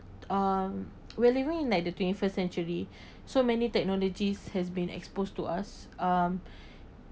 um we're living in like twenty first century so many technologies has been exposed to us um